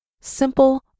Simple